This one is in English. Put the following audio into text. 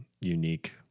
unique